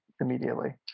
immediately